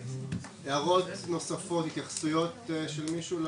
הערות נוספות, התייחסויות של מישהו?